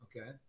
okay